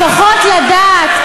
לפחות לדעת,